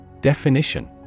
Definition